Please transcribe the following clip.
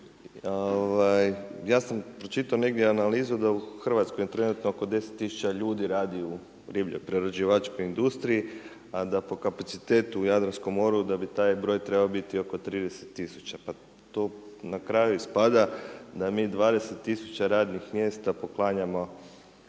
ja sam pročitao negdje analizu da u Hrvatskoj trenutno oko 10000 ljudi radi u ribo-prerađivačkoj industriji, a da po kapacitetu u Jadranskom moru, da bi taj broj trebao biti oko 30000, pa to na kraju ispada da mi 20000 radnim mjesta poklanjamo